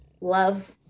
love